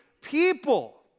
people